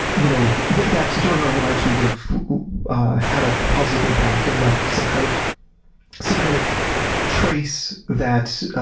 you know that that during our lives we would have had a positive impact and left some kind of some kind of trace that